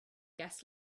guest